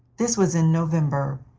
this was in november.